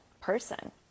person